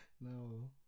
No